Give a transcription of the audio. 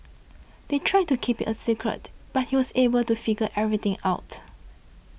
they tried to keep it a secret but he was able to figure everything out